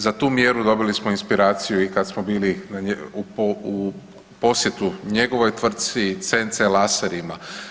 Za tu mjeru dobili smo inspiraciju i kad smo bili na, u posjetu njegovoj tvrtci CNC laserima.